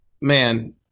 Man